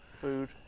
food